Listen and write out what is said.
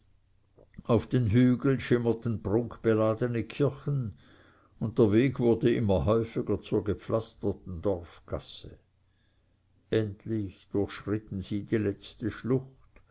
auf den hügeln schimmerten prunkbeladene kirchen und der weg wurde immer häufiger zur gepflasterten dorfgasse endlich durchschritten sie die letzte schlucht